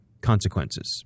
consequences